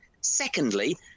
Secondly